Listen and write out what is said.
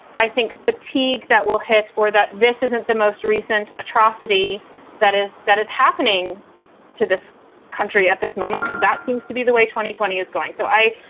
i think, fatigue that will hit or that this isn't the most recent atrocity that is that is happening to this country at this moment, because that seems to be the way twenty twenty is going. so i.